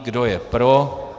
Kdo je pro?